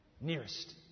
Nearest